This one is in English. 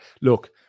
look